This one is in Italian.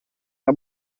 una